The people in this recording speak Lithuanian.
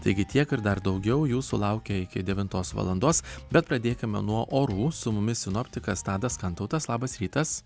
taigi tiek ir dar daugiau jūsų laukia iki devintos valandos bet pradėkime nuo orų su mumis sinoptikas tadas kantautas labas rytas